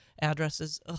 addresses